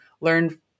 learn